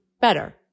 better